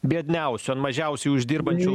biedniausiųant mažiausiai uždirbančių